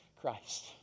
Christ